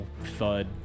thud